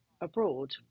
abroad